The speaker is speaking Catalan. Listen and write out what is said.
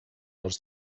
als